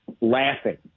laughing